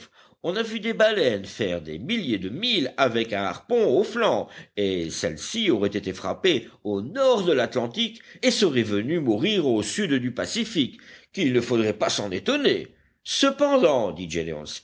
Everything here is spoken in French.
on a vu des baleines faire des milliers de milles avec un harpon au flanc et celle-ci aurait été frappée au nord de l'atlantique et serait venue mourir au sud du pacifique qu'il ne faudrait pas s'en étonner cependant dit